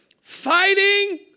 Fighting